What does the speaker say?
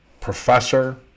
professor